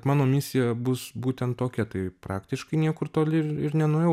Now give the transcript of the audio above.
mano misija bus būten tokia tai praktiškai niekur toli ir ir nenuėjau